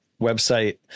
website